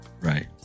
right